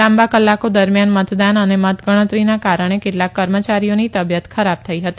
લાંબા કલાકો દરમિયાન મતદાન અને મતગણતરીના કારણે કેટલાક કર્મચારીઓની તબીયત ખરાબ થઈ હતી